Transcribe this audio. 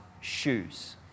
shoes